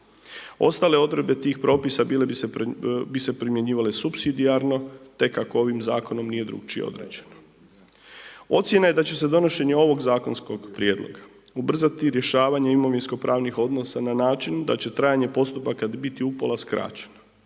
Ostale odredbe tih propisa bi se primjenjivale supsidijarno te kako ovim zakonom nije drukčije određeno. Ocjena je da će se donošenje ovog zakonskog prijedloga ubrzati rješavanje imovinsko pravnih odnosa na način da će trajanje postupaka biti upola skraćeno.